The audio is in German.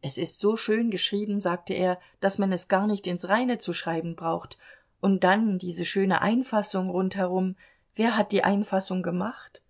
es ist so schön geschrieben sagte er daß man es gar nicht ins reine zu schreiben braucht und dann diese schöne einfassung rundherum wer hat die einfassung gemacht